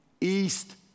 East